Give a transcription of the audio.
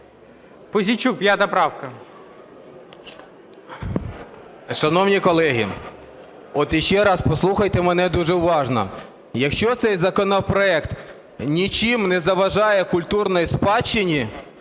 Шановні колеги, ще раз послухайте мене дуже уважно. Якщо цей законопроект нічим не заважає культурній спадщині,